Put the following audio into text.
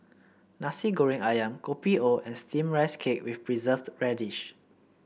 Nasi Goreng ayam Kopi O and steamed Rice Cake with Preserved Radish